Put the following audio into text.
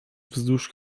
wzdłuż